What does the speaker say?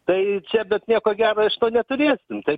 tai čia bet nieko gero iš to neturėsim tai